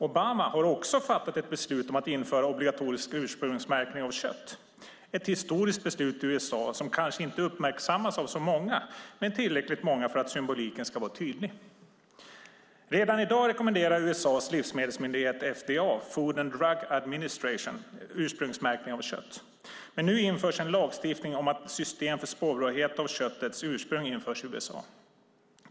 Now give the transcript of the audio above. Obama har också fattat ett beslut om att införa obligatorisk ursprungsmärkning av kött, ett historiskt beslut i USA som kanske inte uppmärksammas av så många men ändå av tillräckligt många för att symboliken ska vara tydlig. Redan i dag rekommenderar USA:s livsmedelsmyndighet FDA - Food and Drug Administration - ursprungsmärkning av kött. Men nu införs en lagstiftning om att ett system för spårbarhet av köttets ursprung införs i USA.